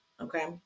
okay